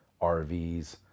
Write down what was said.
RVs